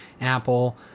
apple